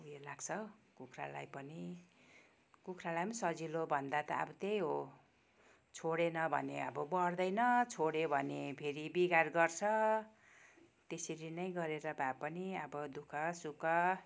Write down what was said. उयो लाग्छ कुखुरालाई पनि कुखुरालाई पनि सजिलो भन्दा त अब त्यही हो छोडेन भने अब बढ्दैन छोड्यो भने फरि बिगार गर्छ त्यसरी नै गरेर भए पनि अब दु खसुख